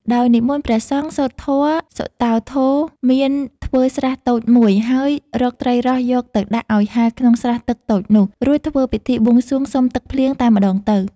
ដោយនិមន្តព្រះសង្ឃ សូត្រធម៌ សុតោន្ធោ មានធ្វើស្រះតូចមួយ ហើយរកត្រីរ៉ស់យកទៅដាក់ឱ្យហែលក្នុងស្រះទឹកតូចនោះ រួចធ្វើពិធីបួងសួងសុំទឹកភ្លៀងតែម្តងទៅ។